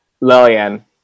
Lillian